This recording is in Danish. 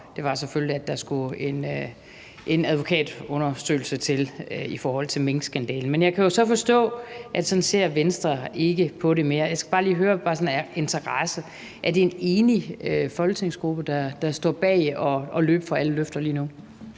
krav selvfølgelig var, at der skulle en advokatundersøgelse til i forhold til minkskandalen. Men jeg kan så forstå, at sådan ser Venstre ikke på det mere. Jeg skal bare lige sådan af interesse høre: Er det en enig folketingsgruppe, der står bag at løbe fra alle løfter lige nu?